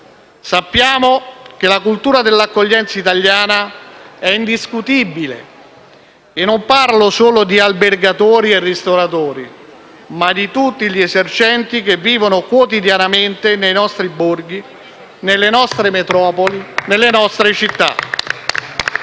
Sappiamo che la cultura dell'accoglienza italiana è indiscutibile e non parlo solo di albergatori e ristoratori, ma di tutti gli esercenti che vivono quotidianamente nei nostri borghi, nelle nostre metropoli e nelle nostre città.